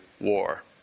war